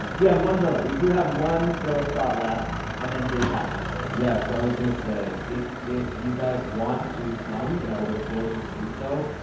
we have one villa, we do have one villa spot left and then day-pass is available. yeah, so i was gonna say, if if you guys want to come, and i would implore you to do so.